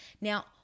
Now